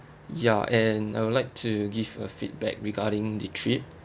ya and I would like to give a feedback regarding the trip